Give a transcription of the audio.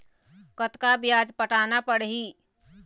कतका ब्याज पटाना पड़ही?